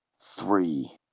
three